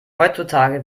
heutzutage